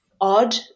odd